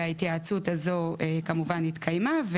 ההתייעצות הזאת כמובן התקיימה,